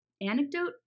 anecdote